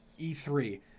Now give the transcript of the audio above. e3